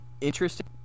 Interesting